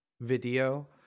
video